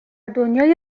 دنیای